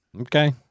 Okay